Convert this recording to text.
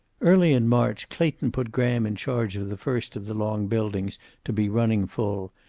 early in march clayton put graham in charge of the first of the long buildings to be running full,